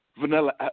Vanilla